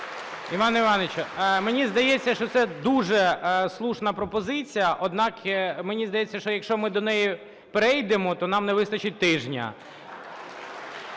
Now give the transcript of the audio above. Іване Івановичу, мені здається, що це дуже слушна пропозиція. Однак, мені здається, що якщо ми до неї перейдемо, то нам не вистачить тижня.